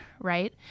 right